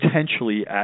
potentially